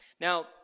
Now